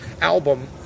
album